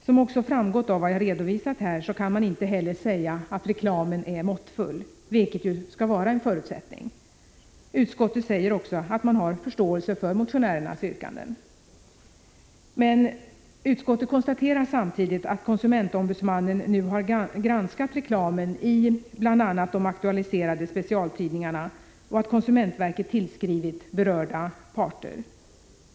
Som också framgått av vad jag redovisat här, kan man inte heller säga att reklamen är måttfull, vilket ju skall vara en förutsättning. Utskottet säger också att man har förståelse för motionärernas yrkanden. Men utskottet konstaterar samtidigt att konsumentombudsmannen nu har granskat reklamen i bl.a. de aktualiserade specialtidningarna och att konsumentverket tillskrivit berörda parter.